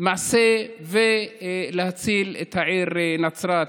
מעשה ולהציל את העיר נצרת.